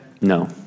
No